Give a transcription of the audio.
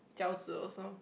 饺子:jiao-zi also